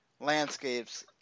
landscapes